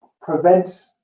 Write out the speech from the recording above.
prevent